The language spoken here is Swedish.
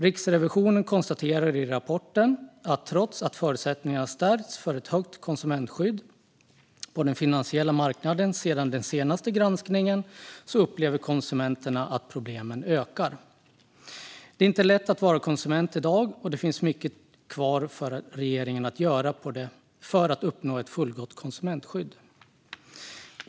Riksrevisionen konstaterar i rapporten att trots att förutsättningarna stärkts för ett högt konsumentskydd på den finansiella marknaden sedan den senaste granskningen upplever konsumenterna att problemen ökar. Det är inte lätt att vara konsument i dag, och det finns mycket kvar för regeringen att göra för att uppnå ett fullgott konsumentskydd.